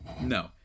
no